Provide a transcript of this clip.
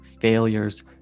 failures